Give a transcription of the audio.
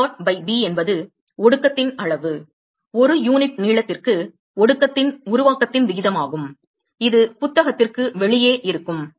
எனவே mdot by b என்பது ஒடுக்கத்தின் அளவு ஒரு யூனிட் நீளத்திற்கு ஒடுக்கத்தின் உருவாக்கத்தின் விகிதமாகும் இது புத்தகத்திற்கு வெளியே இருக்கும்